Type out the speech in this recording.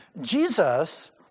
Jesus